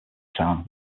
town